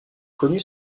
connu